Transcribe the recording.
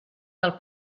del